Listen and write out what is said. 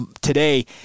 today